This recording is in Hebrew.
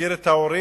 מכיר את ההורים